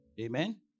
Amen